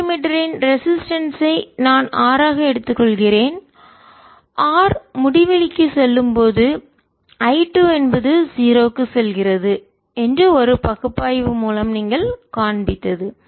வோல்ட்மீட்டரின் resistance ஐ தடை நான் R ஆக எடுத்துக் கொள்கிறேன் R முடிவிலிக்கு செல்லும்போது I 2 என்பது 0 க்குச் செல்கிறது என்று ஒரு பகுப்பாய்வு மூலம் நீங்கள் காண்பித்தது